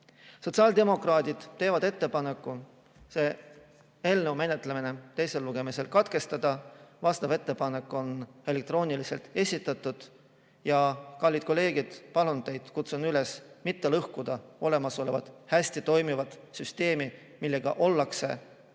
Sotsiaaldemokraadid teevad ettepaneku selle eelnõu menetlemine teisel lugemisel katkestada. See ettepanek on elektrooniliselt esitatud. Kallid kolleegid, palun teid, kutsun teid üles mitte lõhkuma olemasolevat, hästi toimivat süsteemi, millega ollakse